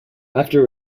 after